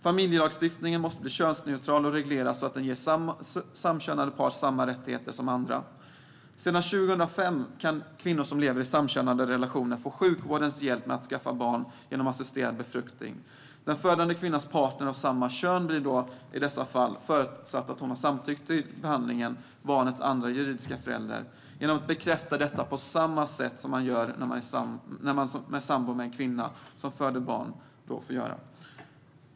Familjelagstiftningen måste bli könsneutral och regleras så att den ger samkönade par samma rättigheter som andra. Sedan 2005 kan kvinnor som lever i samkönade relationer få sjukvårdens hjälp med att skaffa barn genom assisterad befruktning. Den födande kvinnans partner av samma kön blir i dessa fall - förutsatt att hon har samtyckt till behandlingen - barnets andra juridiska förälder, genom att bekräfta detta på samma sätt som en man som är sambo med en kvinna som föder barn får göra.